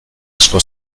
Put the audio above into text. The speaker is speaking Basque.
asko